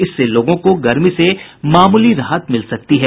इससे लोगों को गर्मी से मामूली राहत मिल सकती है